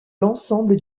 l’ensemble